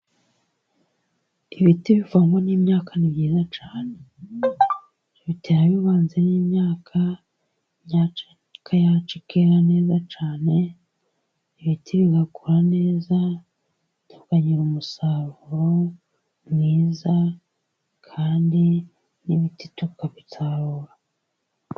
Ibiti bivamo n'imyaka n'ibyiza cyane, bitera bivanze n'imyaka, imyaka yacu ikera neza cyane, ibiti bigakura neza tukagira umusaruro mwiza kandi n'ibiti tukabisarura.